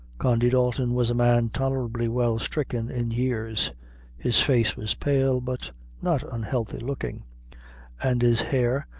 condy dalton was a man tolerably well stricken in years his face was pale, but not unhealthy looking and his hair,